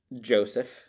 Joseph